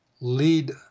lead